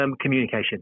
Communication